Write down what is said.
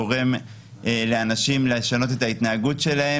רשות שוק